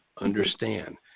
understand